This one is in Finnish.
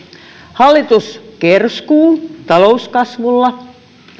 hallitus kerskuu talouskasvulla